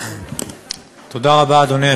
אדוני.